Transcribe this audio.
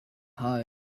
home